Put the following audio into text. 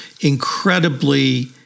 incredibly